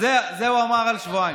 אז את זה הוא אמר על שבועיים.